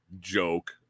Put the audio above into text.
joke